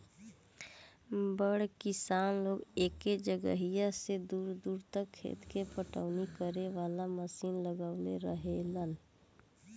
बड़ किसान लोग एके जगहिया से दूर दूर तक खेत के पटवनी करे वाला मशीन लगवले रहेलन